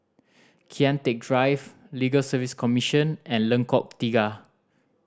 Kian Teck Drive Legal Service Commission and Lengkok Tiga